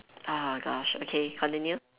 oh gosh okay continue